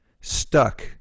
stuck